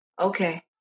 okay